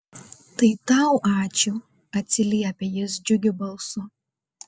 tai tau ačiū atsiliepia jis džiugiu balsu